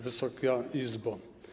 Wysoka Izbo!